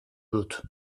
dut